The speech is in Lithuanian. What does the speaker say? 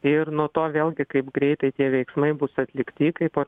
ir nuo to vėlgi kaip greitai tie veiksmai bus atlikti kaip